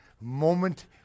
moment